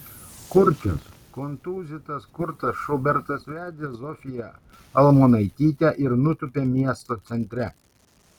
kurčias kontūzytas kurtas šubertas vedė zofiją almonaitytę ir nutūpė miesto centre